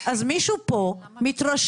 אז מישהו פה מתרשל.